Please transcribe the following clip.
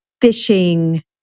fishing